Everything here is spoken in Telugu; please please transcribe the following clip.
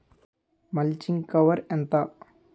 మల్చింగ్ కవర్ ఎంత?